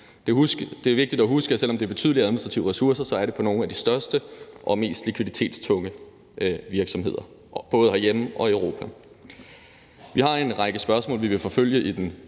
Det er vigtigt at huske, at selv om det er betydelige administrative ressourcer, er det møntet på nogle af de største og mest likviditetstunge virksomheder, både herhjemme og i Europa. Vi har en række spørgsmål, vi vil forfølge i den